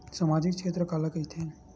सामजिक क्षेत्र काला कइथे?